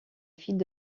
fille